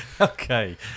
Okay